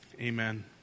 amen